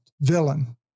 villain